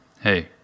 Hey